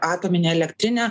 atominę elektrinę